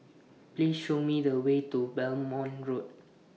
Please Show Me The Way to Belmont Road